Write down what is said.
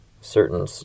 certain